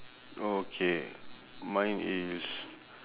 okay mine is